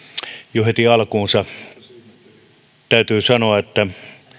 jo heti alkuunsa täytyy sanoa että